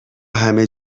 همه